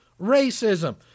racism